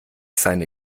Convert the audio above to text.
seine